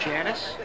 Janice